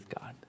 God